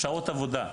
שעות עבודה,